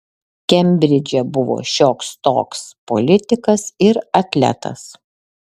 kembridže buvo šioks toks politikas ir atletas